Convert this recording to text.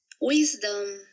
wisdom